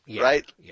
right